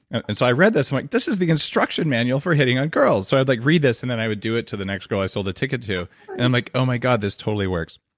and and so i read this and i'm like, this is the instruction manual for hitting on girls. so i like read this and then i would do it to the next girl i sold a ticket to and i'm like, oh my god, this totally works.